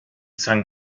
zhang